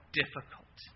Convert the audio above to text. difficult